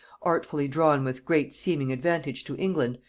artfully drawn with great seeming advantage to england,